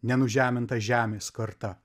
nenužeminta žemės karta